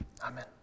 Amen